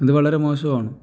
ഇത് വളരെ മോശമാണ്